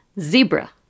zebra